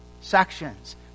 sections